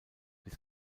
bis